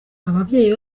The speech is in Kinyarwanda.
ababyeyi